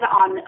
on